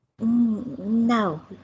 No